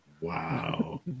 Wow